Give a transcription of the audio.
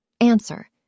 Answer